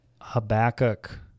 Habakkuk